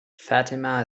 fatima